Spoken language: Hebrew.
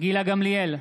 גילה גמליאל,